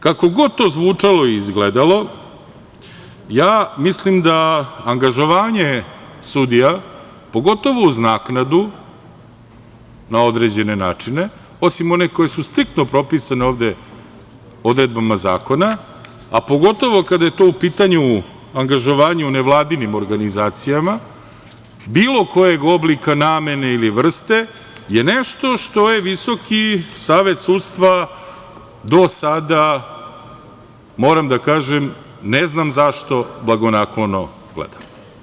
Kako god to zvučalo i izgledalo, ja mislim da angažovanje sudija, pogotovo uz naknadu na određene načine, osim one koji su striktno propisane ovde odredbama zakona, a pogotovo kada je tu u pitanju angažovanje u nevladinim organizacijama bilo kojeg oblika, namene ili vrste je nešto što je Visoki savet sudstva do sada, moram da kažem, ne znam zašto blagonaklono gledano.